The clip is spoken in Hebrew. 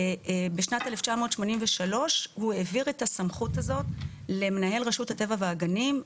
ובשנת 1983 הוא העביר את הסמכות הזאת למנהל רשות הטבע והגנים,